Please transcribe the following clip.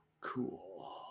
cool